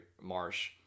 Marsh